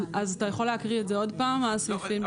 אז אתה יכול להקריא את זה עוד פעם, מה הסעיפים?